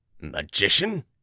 Magician